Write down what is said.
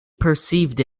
perceived